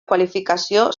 qualificació